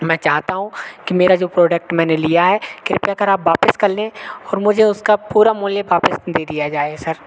मैं चाहता हूँ कि मेरा जो प्रोडक्ट मैंने लिया है कृपया कर आप वापस कर लें और मुझे उसका पूरा मूल्य वापस दे दिया जाए सर